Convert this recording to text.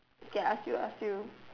k ask you ask you